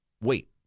wait